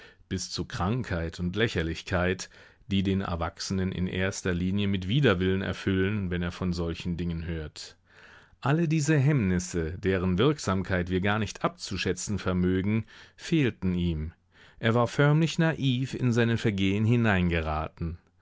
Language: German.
bis zu krankheit und lächerlichkeit die den erwachsenen in erster linie mit widerwillen erfüllen wenn er von solchen dingen hört alle diese hemmnisse deren wirksamkeit wir gar nicht abzuschätzen vermögen fehlten ihm er war förmlich naiv in seine vergehen